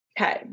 okay